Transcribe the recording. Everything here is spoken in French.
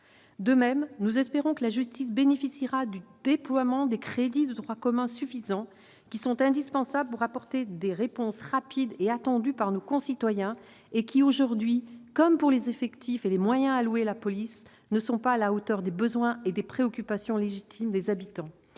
De même, nous espérons que la justice bénéficiera du déploiement de crédits de droit commun suffisants ; ceux-ci sont indispensables pour apporter les réponses rapides qui sont attendues par nos concitoyens, sachant que l'engagement, aujourd'hui- le même constat vaut pour les effectifs et les moyens alloués à la police -, n'est pas à la hauteur des besoins et des préoccupations légitimes des habitants.